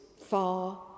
far